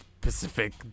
Pacific